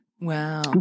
Wow